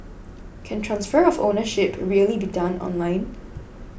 can transfer of ownership really be done online